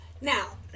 Now